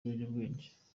ibiyobyabwenge